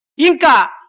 Inka